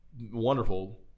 wonderful